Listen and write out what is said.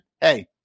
hey